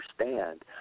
understand